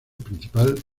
principal